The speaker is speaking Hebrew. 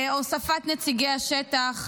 והוספת נציגי השטח.